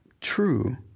true